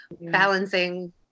balancing